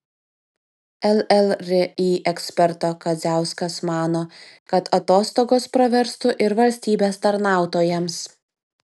llri eksperto kadziauskas mano kad atostogos praverstų ir valstybės tarnautojams